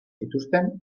zituzten